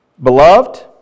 Beloved